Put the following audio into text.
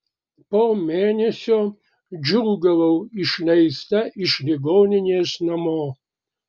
po mėnesio džiūgavau išleista iš ligoninės namo